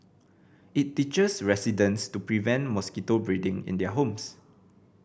it teaches residents to prevent mosquito breeding in their homes